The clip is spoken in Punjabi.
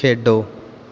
ਖੇਡੋ